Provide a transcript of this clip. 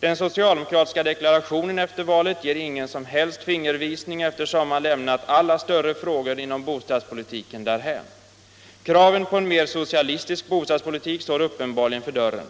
Den socialdemokratiska deklarationen efter valet ger ingen som helst fingervisning, eftersom man lämnat alla större frågor inom bostadspolitiken därhän. Kraven på en mer socialistisk bostadspolitik står uppenbarligen för dörren.